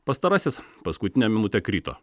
pastarasis paskutinę minutę krito